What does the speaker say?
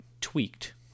tweaked